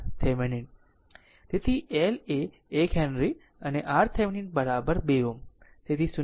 તેથી L એ 1 henry અને RThevenin 2 Ω